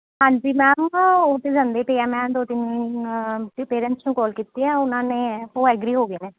ਹਾਂਜੀ ਮੈਮ ਉਹ ਤੇ ਜਾਂਦੇ ਪਏ ਆ ਮੈਂ ਦੋ ਤਿੰਨ ਦੇ ਪੇਰੈਂਟਸ ਨੂੰ ਕੋਲ ਕੀਤੀ ਆ ਉਨ੍ਹਾਂ ਨੇ ਉਹ ਐਗਰੀ ਹੋ ਗਏ ਨੇ